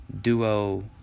duo